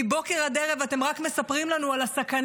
מבוקר עד ערב אתם רק מספרים לנו על הסכנה,